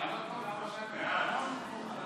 למה שמית?